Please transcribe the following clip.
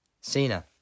Cena